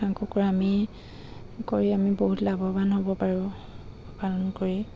কুকুৰা আমি কৰি আমি বহুত লাভৱান হ'ব পাৰোঁ পালন কৰি